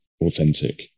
authentic